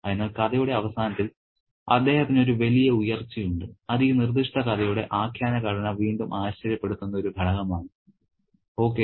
അതിനാൽ കഥയുടെ അവസാനത്തിൽ അദ്ദേഹത്തിന് ഒരു വലിയ ഉയർച്ചയുണ്ട് അത് ഈ നിർദ്ദിഷ്ട കഥയുടെ ആഖ്യാന ഘടന വീണ്ടും ആശ്ചര്യപ്പെടുത്തുന്ന ഒരു ഘടകമാണ് ഓക്കേ